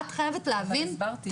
אבל הסברתי,